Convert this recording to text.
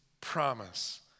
promise